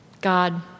God